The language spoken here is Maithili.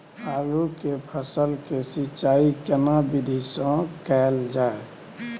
आलू के फसल के सिंचाई केना विधी स कैल जाए?